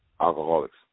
Alcoholics